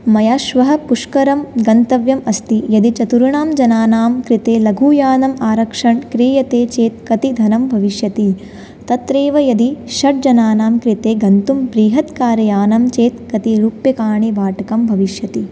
मया श्वः पुष्करं गन्तव्यम् अस्ति यदि चतुर्णां जनानां कृते लघुयानम् आरक्षणं क्रियते चेत् कति धनं भविष्यति तत्रैव यदि षड् जनानां कृते गन्तुं बृहत् कार्यानं चेत् कति रूप्यकाणि भाटकं भविष्यति